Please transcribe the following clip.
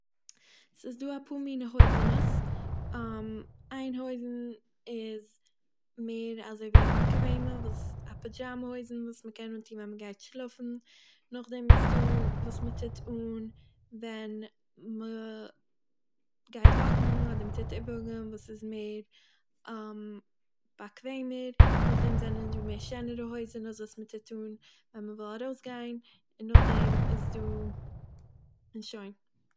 ס'איז דא אפאר מינע הויזענעס, איין הויזן איז מער אזוי ווי א באקוועמע וואס א פידשאמע הויזן וואס מ'קען אנטוהן ווען מ'גייט שלאפן, נאכדעם איז דא וואס מ'טוט אן ווען מ'גייט וואקן אדער מ'טוט איבונגען וואס איז מער באקוועמער, נאכדעם זענען דא מער שענערע הויזענעס וואס מ'טוט אן ווען מ'וויל ארויסגיין, און נאכדעם איז דא, און שוין.